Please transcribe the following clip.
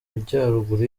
majyaruguru